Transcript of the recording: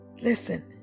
Listen